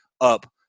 up